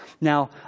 Now